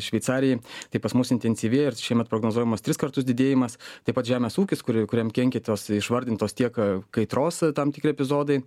šveicarijai tai pas mus intensyvėja ir šiemet prognozuojamas tris kartus didėjimas taip pat žemės ūkis kurį kuriam kenkia tos išvardintos tiek kaitros tam tikri epizodai